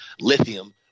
lithium